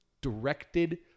directed